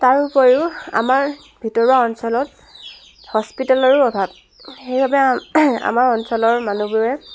তাৰোপৰিও আমাৰ ভিতৰুৱা অঞ্চলত হস্পিতেলৰো অভাৱ সেইবাবে আমাৰ আমাৰ অঞ্চলৰ মানুহবোৰে